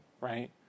right